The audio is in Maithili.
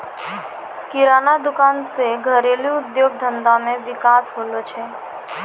किराना दुकान से घरेलू उद्योग धंधा मे विकास होलो छै